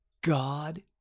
God